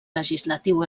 legislatiu